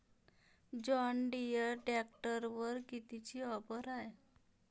John Deere ट्रॅक्टरवर कितीची offer हाये?